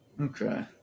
Okay